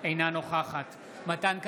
אינה נוכחת מתן כהנא,